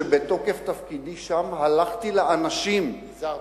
שבתוקף תפקידי שם הלכתי לאנשים, הזהרת.